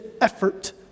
effort